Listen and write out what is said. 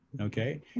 Okay